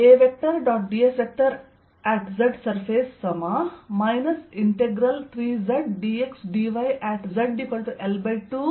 ds|z surface 3zdxdy|zL2z